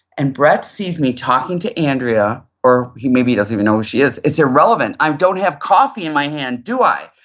and brett sees me talking to andrea or he maybe doesn't even know who she is, it's irrelevant, i don't have coffee in my hand, do i?